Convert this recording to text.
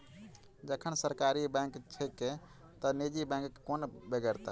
जखन सरकारी बैंक छैके त निजी बैंकक कोन बेगरता?